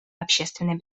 общественной